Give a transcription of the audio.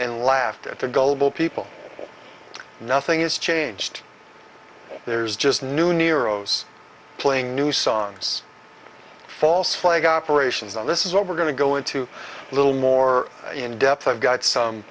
and laughed at the gullible people nothing is changed there's just new nero's playing new songs false flag operations on this is what we're going to go into a little more in depth i've got some